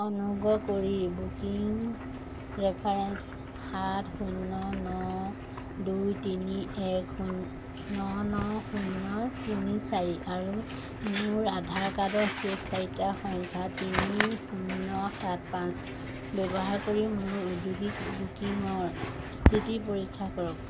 অনুগ্ৰহ কৰি booking reference সাত শূন্য ন দুই তিনি এক ন ন শূন্য তিনি চাৰি আৰু মোৰ আধাৰ কাৰ্ডৰ শেষ চাৰিটা সংখ্যা তিনি শূন্য সাত পাঁচ ব্যৱহাৰ কৰি মোৰ ঔদ্যোগিক বুকিঙৰ স্থিতি পৰীক্ষা কৰক